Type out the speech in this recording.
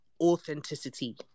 authenticity